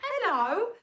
hello